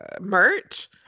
merch